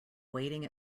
waiting